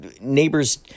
neighbors